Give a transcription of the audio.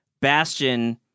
Bastion